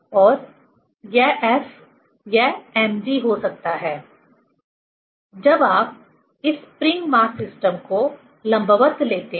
और यह F यह mg हो सकता है जब आप इस स्प्रिंग मास सिस्टम को लंबवत लेते हैं